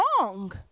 wrong